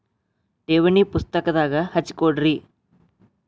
ಠೇವಣಿ ಪುಸ್ತಕದಾಗ ಹಚ್ಚಿ ಕೊಡ್ರಿ